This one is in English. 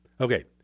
Okay